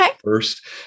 first